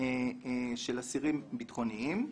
של אסירים ביטחוניים.